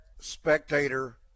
spectator